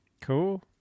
Cool